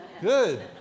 Good